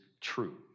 true